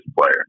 player